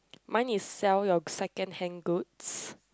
mine is sell your secondhand goods